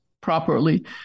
properly